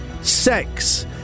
sex